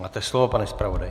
Máte slovo, pane zpravodaji.